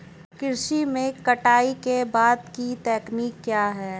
कृषि में कटाई के बाद की तकनीक क्या है?